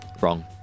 Wrong